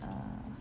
uh